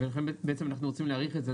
ולכן בעצם אנחנו רוצים להאריך את זה,